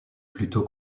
plutôt